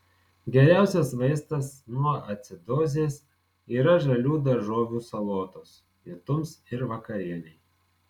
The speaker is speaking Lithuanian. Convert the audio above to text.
geriausias vaistas nuo acidozės yra žalių daržovių salotos pietums ir vakarienei